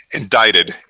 indicted